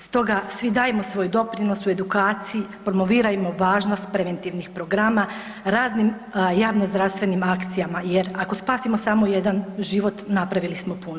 Stoga svi dajmo svoj doprinos u edukaciji, promovirajmo važnost preventivnih programa raznim javnozdravstvenim akcijama, jer ako spasimo samo jedan život napravili smo puno.